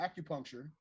acupuncture